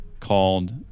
called